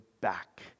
back